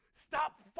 Stop